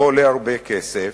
לא עולה הרבה כסף,